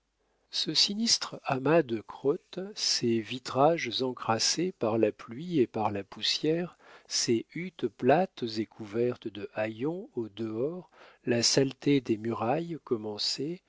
ce sinistre amas de crottes ces vitrages encrassés par la pluie et par la poussière ces huttes plates et couvertes de haillons au dehors la saleté des murailles